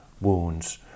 wounds